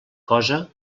cosa